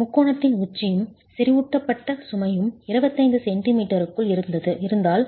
முக்கோணத்தின் உச்சியும் செறிவூட்டப்பட்ட சுமையும் 25 சென்டிமீட்டருக்குள் இருந்தால்